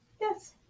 Yes